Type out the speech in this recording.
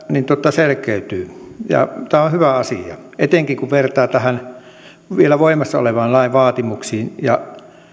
selkeytyy ja tämä on hyvä asia etenkin kun vertaa tämän vielä voimassa olevan lain vaatimuksiin nämä